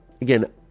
again